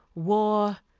war,